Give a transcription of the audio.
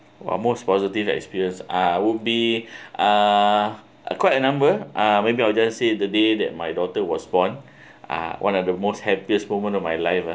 while most positive experience uh would be uh uh quite a number uh maybe I'll just say the day that my daughter was born uh one of the most happiest moment of my life uh